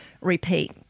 repeat